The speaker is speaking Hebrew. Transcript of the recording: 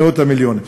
מאות המיליונים.